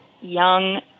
young